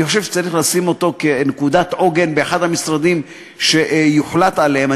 אני חושב שצריך לשים אותו כנקודת עוגן באחד המשרדים שיוחלט עליהם.